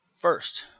first